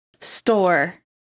Store